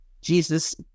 Jesus